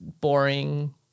boring